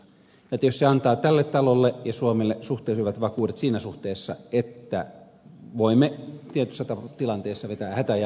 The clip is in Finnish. ja tietysti se antaa tälle talolle ja suomelle suhteellisen hyvät vakuudet siinä suhteessa että voimme tietyssä tilanteessa vetää hätäjarrusta